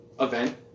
event